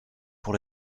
pour